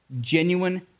genuine